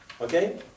Okay